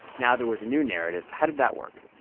now there was a new narrative. how did that work?